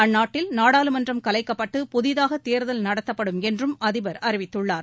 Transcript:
அந்நாட்டில் நாடாளுமன்றம் கலைக்கப்பட்டு புதிதாக தேர்தல் நடத்தப்படும் என்றும் அதிபர் அறிவித்துள்ளார்